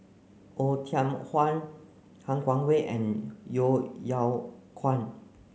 Oei Tiong Ham Han Guangwei and Yeo Yeow Kwang